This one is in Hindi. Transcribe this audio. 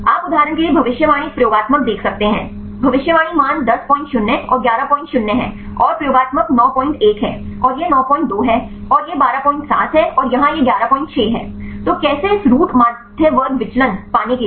आप उदाहरण के लिए भविष्यवाणी एक प्रयोगात्मक देख सकते हैं भविष्यवाणी मान 100 और 110 हैं और प्रयोगात्मक 91 है और यह 92 है और यह 127 है और यहां यह 116 है तो कैसे इस रूट माध्यवर्ग विचलन पाने के लिए